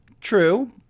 True